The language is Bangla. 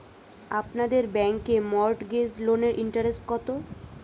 আপনাদের ব্যাংকে মর্টগেজ লোনের ইন্টারেস্ট কত?